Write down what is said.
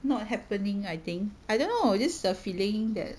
not happening I think I don't know just a feeling that